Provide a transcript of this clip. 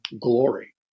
glory